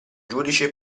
giudice